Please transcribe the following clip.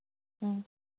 ꯑꯥ